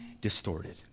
distorted